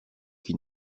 qui